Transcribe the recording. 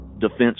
defense